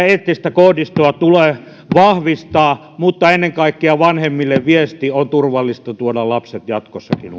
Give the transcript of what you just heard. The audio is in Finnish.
eettistä koodistoa tulee vahvistaa mutta ennen kaikkea tarvitaan vanhemmille viesti on turvallista tuoda lapset jatkossakin